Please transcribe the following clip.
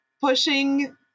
pushing